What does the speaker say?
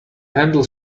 handle